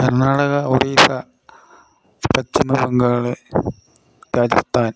Karnataka Orissa Paschim Bengal Rajasthan